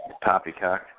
Poppycock